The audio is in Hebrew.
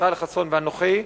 ישראל חסון ואנוכי,